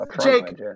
Jake